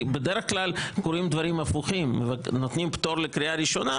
בדרך כלל קורים דברים הפוכים: נותנים פטור לקריאה ראשונה,